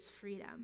freedom